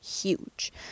huge